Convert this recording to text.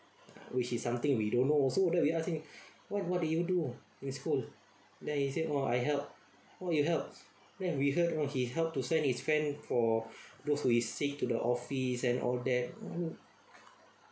which is something we don't know also then we ask him what what did you do in school then he said oh I help oh you help then we heard oh he help to send his friend for those receipts to the office and all that